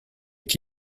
est